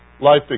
life